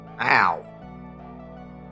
Ow